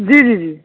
جی جی جی